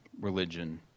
religion